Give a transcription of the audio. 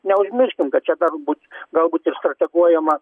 neužmirškim kad čia dar būt galbūt ir strateguojama